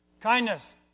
Kindness